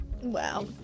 Wow